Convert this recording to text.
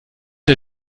der